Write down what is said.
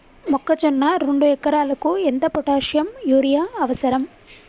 మొక్కజొన్న రెండు ఎకరాలకు ఎంత పొటాషియం యూరియా అవసరం?